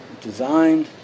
designed